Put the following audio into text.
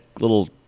little